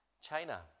China